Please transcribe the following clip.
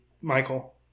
Michael